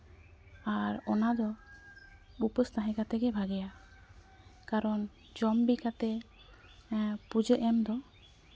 ᱟᱨ ᱚᱱᱟᱫᱚ ᱩᱯᱟᱹᱥ ᱛᱟᱦᱮᱸ ᱠᱟᱛᱮ ᱜᱮ ᱵᱷᱟᱹᱜᱤᱭᱟ ᱠᱟᱨᱚᱱ ᱡᱚᱢᱵᱤ ᱠᱟᱛᱮ ᱯᱩᱡᱟᱹ ᱮᱢᱫᱚ